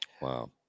Wow